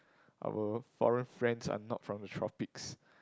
our foreign friends are not from the tropics